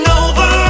over